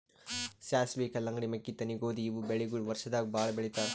ಸಾಸ್ವಿ, ಕಲ್ಲಂಗಡಿ, ಮೆಕ್ಕಿತೆನಿ, ಗೋಧಿ ಇವ್ ಬೆಳಿಗೊಳ್ ವರ್ಷದಾಗ್ ಭಾಳ್ ಬೆಳಿತಾರ್